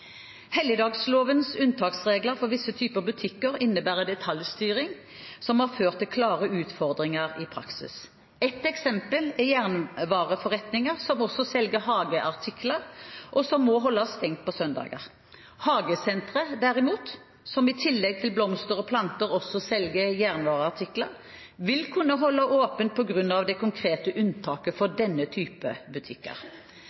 Helligdagslovens unntaksregler for visse typer butikker innebærer detaljstyring, noe som har ført til klare utfordringer i praksis. Ett eksempel er jernvareforretninger som også selger hageartikler, og som må holde stengt på søndager. Hagesentre, derimot, som i tillegg til blomster og planter selger jernvareartikler, vil kunne holde åpent på grunn av det konkrete unntaket for